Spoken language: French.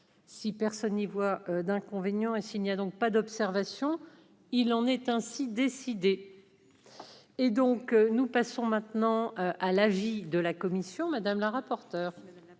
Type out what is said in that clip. si personne n'y voit d'inconvénient et s'il n'y a donc pas d'observation, il en est ainsi décidé et donc nous passons maintenant à l'avis de la commission madame la rapporteure.